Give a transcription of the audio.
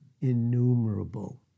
innumerable